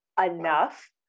enough